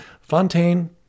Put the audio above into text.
Fontaine